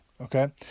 okay